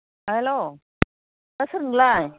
hello नों सोर नोंलाय